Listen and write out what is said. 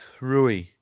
Rui